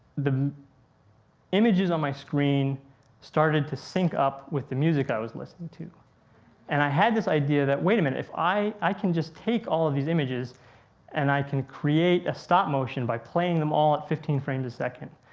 images on my screen started to sync up with the music i was listening to and i had this idea that wait a minute if i i can just take all of these images and i can create a stop motion by playing them all at fifteen frames a second.